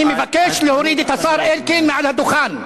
אני מבקש להוריד את השר אלקין מעל הדוכן.